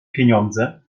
pieniądze